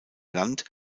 land